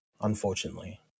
unfortunately